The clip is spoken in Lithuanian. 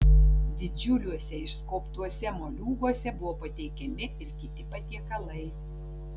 didžiuliuose išskobtuose moliūguose buvo pateikiami ir kiti patiekalai